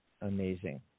amazing